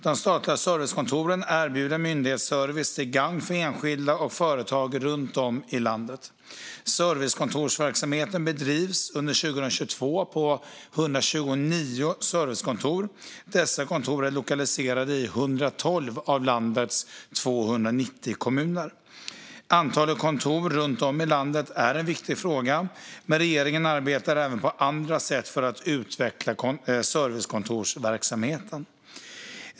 De statliga servicekontoren erbjuder myndighetsservice till gagn för enskilda och företag runt om i landet. Servicekontorsverksamheten bedrevs under 2022 på 129 servicekontor. Dessa kontor är lokaliserade i 112 av landets 290 kommuner. Antalet kontor runt om i landet är en viktig fråga, men regeringen arbetar även på andra sätt för att utveckla servicekontorsverksamheten.